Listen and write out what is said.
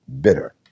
bitter